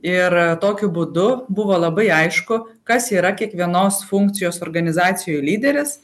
ir tokiu būdu buvo labai aišku kas yra kiekvienos funkcijos organizacijoj lyderis